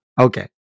Okay